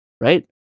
right